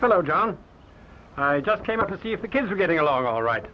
hello john i just came up to see if the kids are getting along all right